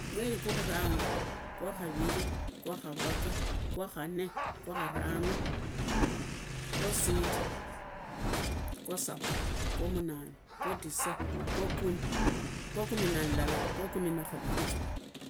Mweri gwa khuranga, qwa khariri, gwakharaga, gwakanne, gwakharano, gwasita, gwasaba, gwamunane, gwatisa, gwakumi, gwakumi na ilala, gwakumi kumi na khariri